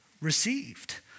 received